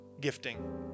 gifting